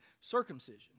circumcision